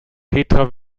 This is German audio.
petra